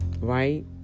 Right